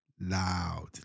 Loud